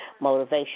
motivation